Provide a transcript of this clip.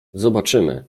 zobaczymy